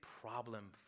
problem